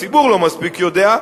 הציבור לא מספיק יודע,